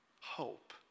Hope